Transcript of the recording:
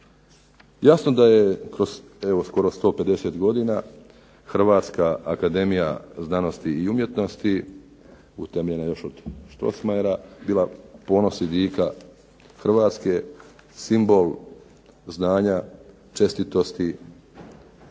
Jasno da je kroz evo skoro 150 godina Hrvatska akademija znanosti i umjetnosti utemeljena još od Strossmayera bila ponos i dika Hrvatske, simbol znanja, čestitosti,